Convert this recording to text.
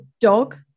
dog